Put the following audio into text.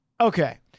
okay